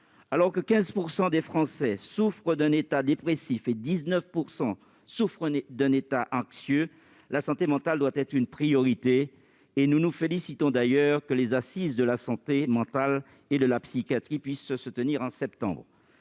Alors que 15 % des Français souffrent d'un état dépressif et 19 % d'un état anxieux, la santé mentale doit être une priorité. Nous nous félicitons, à cet égard, que les Assises de la santé mentale et de la psychiatrie puissent se tenir en septembre.